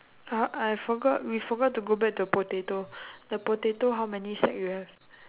uh I forgot we forgot to go back to the potato the potato how many sack you have